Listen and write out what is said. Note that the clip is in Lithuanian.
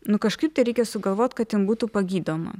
nu kažkaip tai reikia sugalvot kad jin būtų pagydoma